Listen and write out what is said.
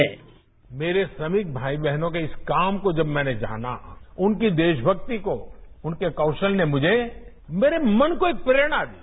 bite मेरे श्रमिक भाई बहनों के इस काम को जब मैंने जाना उनके देशभक्ति को उनके कौशल ने मुझे मेरे मन को एक प्रेरणा दी